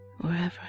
wherever